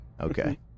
Okay